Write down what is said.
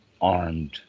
armed